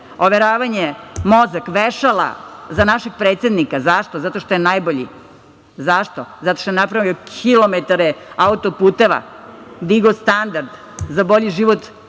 overavanje u mozak, vešala za našeg predsednika? Zašto? Zato što je najbolji? Zašto? Zato što je napravio kilometre auto-puteva, digao standard za bolji život